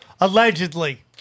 allegedly